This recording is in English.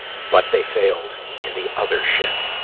but they failed in the other shit.